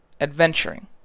Adventuring